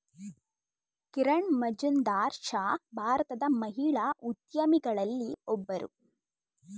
ಕಿರಣ್ ಮಜುಂದಾರ್ ಶಾ ಭಾರತದ ಮಹಿಳಾ ಉದ್ಯಮಿಗಳಲ್ಲಿ ಒಬ್ಬರು